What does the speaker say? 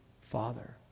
father